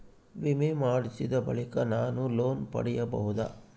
ವಿಮೆ ಮಾಡಿಸಿದ ಬಳಿಕ ನಾನು ಲೋನ್ ಪಡೆಯಬಹುದಾ?